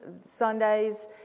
Sundays